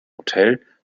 hotel